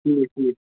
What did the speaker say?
ٹھیٖک ٹھیٖک